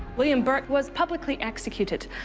william burke was publicly executed.